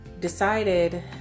decided